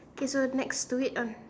K so next to it um